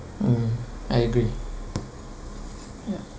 mm I agree ya